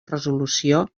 resolució